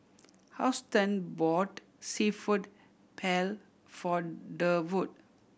Houston brought Seafood Paella for Durwood